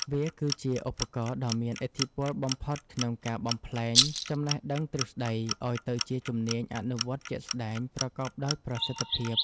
វាគឺជាឧបករណ៍ដ៏មានឥទ្ធិពលបំផុតក្នុងការបំប្លែងចំណេះដឹងទ្រឹស្ដីឱ្យទៅជាជំនាញអនុវត្តជាក់ស្ដែងប្រកបដោយប្រសិទ្ធភាព។